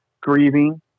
grieving